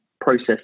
process